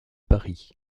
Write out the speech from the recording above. paris